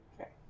Okay